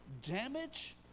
damage